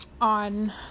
on